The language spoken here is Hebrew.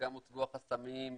וגם הוצגו החסמים.